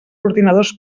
ordinadors